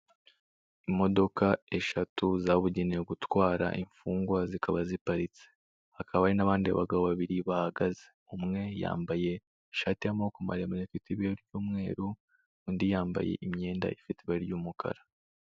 Imodoka eshatu zabugenewe gutwara imfungwa zikaba ziparitse hakaba hari n'abandi bagabo babiri bahagaze umwe yambaye ishati y'amaboko maremare ifite ibara ry'umweru undi yambaye imyenda ifite ibara ry'umukara.